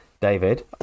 david